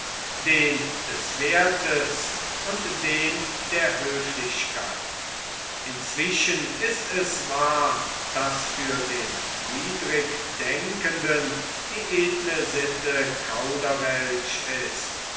den des werthes und den der höflichkeit inzwischen ist es wahr daß für den niedrigdenkenden die edle sitte kauderwelsch ist